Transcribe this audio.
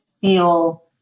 feel